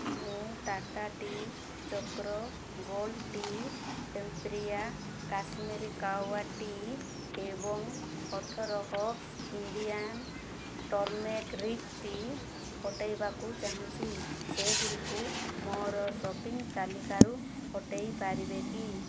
ମୁଁ Tata tea Chakra gold tea Empiria Kashmiri kahwa tea ଏବଂ ଅଠର ହର୍ବ୍ସ ଇଣ୍ଡିଆନ୍ ଟର୍ମେରିକ୍ ଟି ହଟାଇବାକୁ ଚାହୁଁଛି ସେଗୁଡ଼ିକୁ ମୋର ଶପିଂ ତାଲିକାରୁ ହଟାଇ ପାରିବେ କି